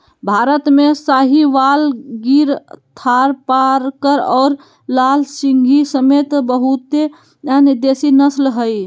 भारत में साहीवाल, गिर थारपारकर और लाल सिंधी समेत बहुते अन्य देसी नस्ल हइ